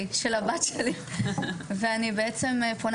לא שלי של הבת שלי ואני בעצם פונה